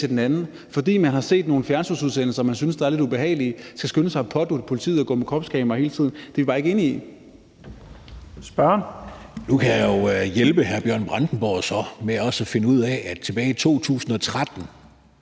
Nu kan jeg jo så hjælpe hr. Bjørn Brandenborg med at finde ud af, at tilbage i 2013